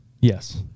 Yes